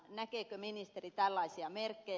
näkeekö ministeri tällaisia merkkejä